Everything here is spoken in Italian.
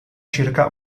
circa